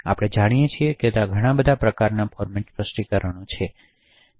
આપણે જાણીએ છીએ કે ત્યાં ઘણા બધા પ્રકારનાં ફોર્મેટ્સ સ્પષ્ટીકરણો છે